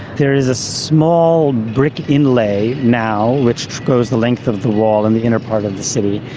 there is a small brick inlay now which goes the length of the wall in the inner part of the city.